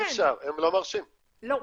הם רוצים GPS. לא.